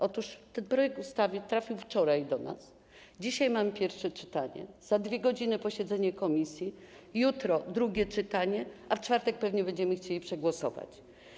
Otóż ten projekt ustawy trafił wczoraj do nas, dzisiaj mamy pierwsze czytanie, za 2 godziny posiedzenie komisji, jutro drugie czytanie, a w czwartek pewnie będziemy chcieli przegłosować.